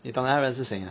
你懂那个人是谁 mah